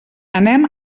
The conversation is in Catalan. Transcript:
anem